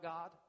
God